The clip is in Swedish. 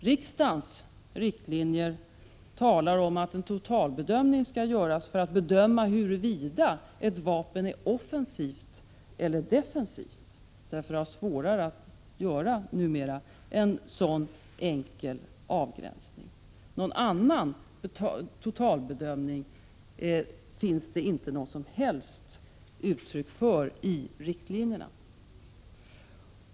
Riksdagens riktlinjer talar om att en totalbedömning skall göras för att bedöma huruvida ett vapen är offensivt eller defensivt, därför att det numera är svårare att enkelt göra en sådan avgränsning. Någon annan totalbedömning finns det inte någon som helst grund för i riktlinjerna.